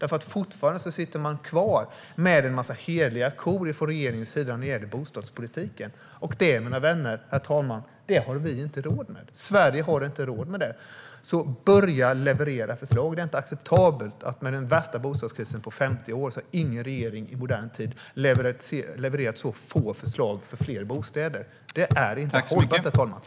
Fortfarande har regeringen en massa heliga kor när det gäller bostadspolitiken. Det, mina vänner och herr talman, har vi inte råd med. Sverige har inte råd med det. Börja leverera förslag! Det är inte acceptabelt att under den värsta bostadskrisen på 50 år har ingen regering i modern tid levererat så få förslag för fler bostäder som den här regeringen. Det är inte hållbart.